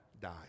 die